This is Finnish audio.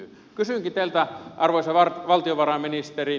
kysynkin teiltä arvoisa valtiovarainministeri